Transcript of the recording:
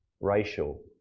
racial